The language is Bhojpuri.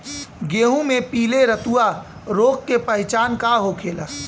गेहूँ में पिले रतुआ रोग के पहचान का होखेला?